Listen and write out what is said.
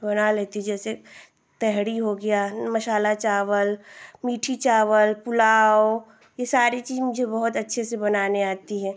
बना लेती जैसे तहेड़ी हो गया मसाला चावल मीठी चावल पुलाव यह सारी चीज़ें मुझे बहुत अच्छे से बनानी आती हैं